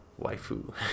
waifu